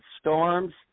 storms